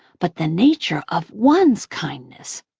but the nature of one's kindness.